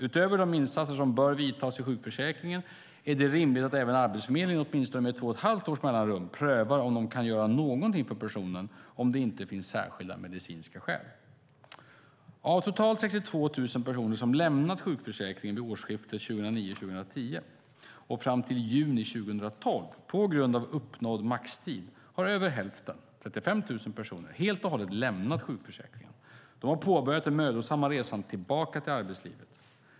Utöver de insatser som bör vidtas i sjukförsäkringen är det rimligt att även Arbetsförmedlingen åtminstone med 2 1⁄2 års mellanrum prövar om de kan göra något för personen, om det inte finns särskilda medicinska skäl.